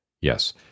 yes